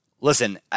Listen